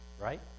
right